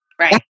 Right